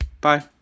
Bye